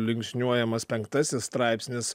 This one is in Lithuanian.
linksniuojamas penktasis straipsnis